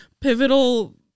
pivotal